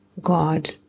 God